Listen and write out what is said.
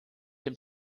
dem